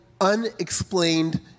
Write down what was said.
unexplained